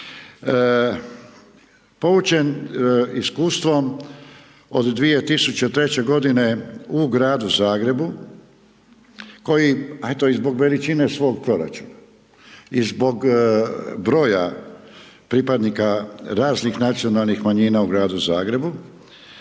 Poučen iskustvom, od 2003. g. u Gradu Zagrebu, koji a eto i zbog veličine svog proračuna i zbog broja pripadnika raznih nacionalnih manjina u Gradu Zagrebu,